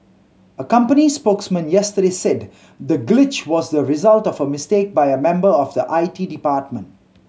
a company spokesman yesterday said the glitch was the result of a mistake by a member of the I T department